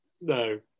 no